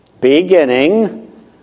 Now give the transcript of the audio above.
beginning